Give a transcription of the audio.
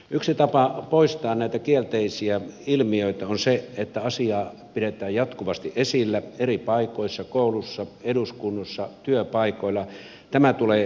yksi tapa poistaa näitä kielteisiä ilmiöitä on se että asiaa pidetään jatkuvasti esillä eri paikoissa koulussa eduskunnassa työpaikoilla ja tämä tulee tiedostaa